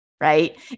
right